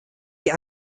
die